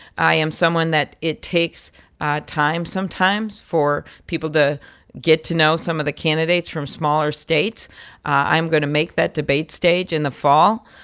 i am someone that it takes time sometimes for people to get to know some of the candidates from smaller states i'm going to make that debate stage in the fall.